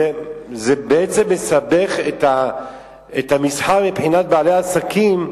בעצם, זה מסבך את המסחר מבחינת בעלי העסקים,